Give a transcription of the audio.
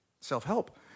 self-help